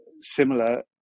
similar